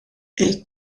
est